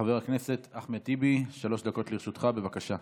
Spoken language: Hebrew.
חבר הכנסת אחמד טיבי, שלוש דקות לרשותך, בבקשה.